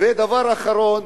דבר אחרון: